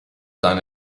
done